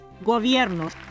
gobiernos